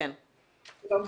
שלום,